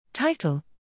Title